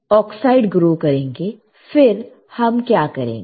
हम oxide grow करेंगे फिर हम क्या करेंगे